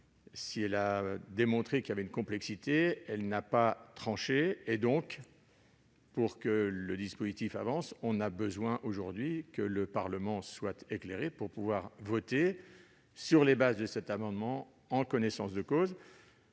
bien montré qu'il y avait une complexité, elles n'ont pas tranché. Si l'on veut que le dispositif avance, on a besoin aujourd'hui que le Parlement soit éclairé pour voter, sur la base de cet amendement, en connaissance de cause.